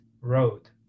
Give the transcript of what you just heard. road